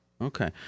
Okay